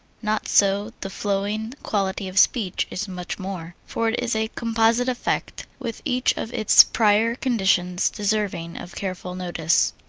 not so the flowing quality of speech is much more, for it is a composite effect, with each of its prior conditions deserving of careful notice.